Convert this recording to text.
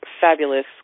fabulous